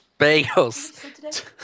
Bagels